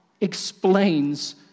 explains